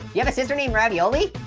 you have a sister named ravioli?